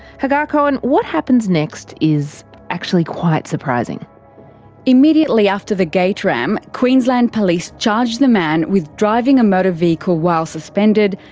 hagar cohen, what happens next is actually quite surprisinghagar cohen immediately after the gate ram, queensland police charge the man with driving a motor vehicle while suspended,